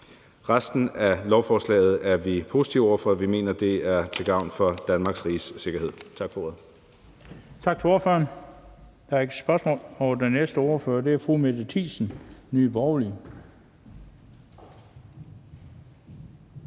Resten af lovforslaget er vi positive over for. Vi mener, det er til gavn for Danmarks Riges sikkerhed. Tak for ordet. Kl. 15:09 Den fg. formand (Bent Bøgsted): Tak til ordføreren. Der er ingen spørgsmål. Og den næste ordfører er fru Mette Thiesen, Nye Borgerlige.